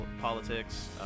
politics